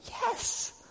Yes